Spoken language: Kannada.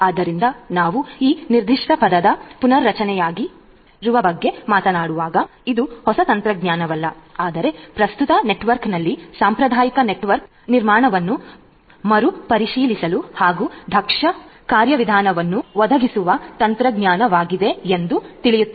ಆದ್ದರಿಂದ ನಾವು ಈ ನಿರ್ದಿಷ್ಟ ಪದದ ಪುನರ್ರಚನೆಯ ಬಗ್ಗೆ ಮಾತನಾಡುವಾಗ ಇದು ಹೊಸ ತಂತ್ರಜ್ಞಾನವಲ್ಲ ಆದರೆ ಪ್ರಸ್ತುತ ನೆಟ್ವರ್ಕ್ನಲ್ಲಿ ಸಾಂಪ್ರದಾಯಿಕ ನೆಟ್ವರ್ಕ್ ನಿರ್ಮಾಣವನ್ನು ಮರುಪರಿಶೀಲಿಸಲು ಹಾಗೂ ದಕ್ಷ ಕಾರ್ಯವಿಧಾನವನ್ನು ಒದಗಿಸುವ ತಂತ್ರಜ್ಞಾನವಾಗಿದೆ ಎಂದು ತಿಳಿಯುತ್ತದೆ